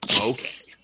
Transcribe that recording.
Okay